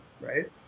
right